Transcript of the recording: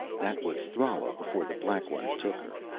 that was thrala before the black ones took her,